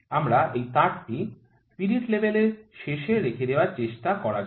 আমার এই তারটি স্পিরিট লেভেলের শেষে রেখে দেওয়ার চেষ্টা করা যাক